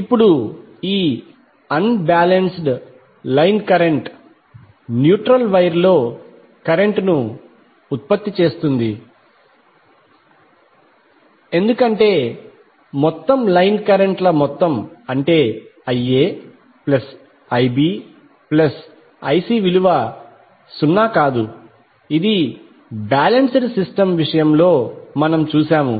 ఇప్పుడు ఈ unbalanced line current neutral wire లో కరెంట్ ను ఉత్పత్తి చేస్తుంది ఎందుకంటే మొత్తంలైన్ కరెంట్ ల మొత్తం అంటే IaIbIc విలువ 0 కాదు ఇది బ్యాలెన్స్డ్ సిస్టమ్ విషయంలో మనం చూశాము